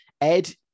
ed